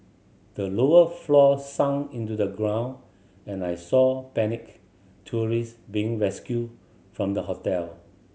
the lower floors sunk into the ground and I saw panicked tourists being rescued from the hotel